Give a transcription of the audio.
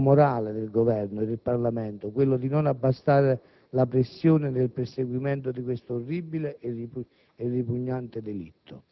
morale del Governo e del Parlamento quello di non abbassare la pressione nel perseguimento di questo orribile e ripugnante delitto.